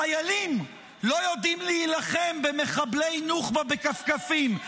חיילים לא יודעים להילחם במחבלי נוח'בה בכפכפים.